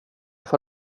för